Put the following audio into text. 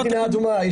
גם ממדינה אדומה.